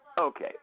Okay